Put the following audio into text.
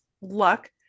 luck